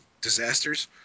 disasters